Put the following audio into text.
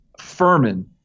Furman